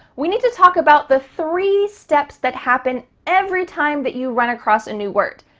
we need to talk about the three steps that happen every time that you run across a new word.